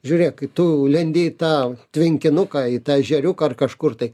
žiūrėk kai tu lendi į tą tvenkinuką į tą ežeriuką ar kažkur tai